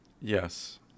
Yes